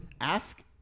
Ask